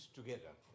together